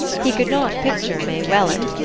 he could not picture may welland,